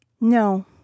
No